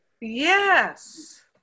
Yes